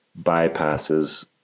bypasses